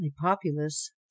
populous